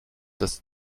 das